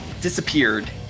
disappeared